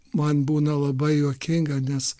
man būna labai juokinga nes